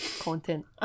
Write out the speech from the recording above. content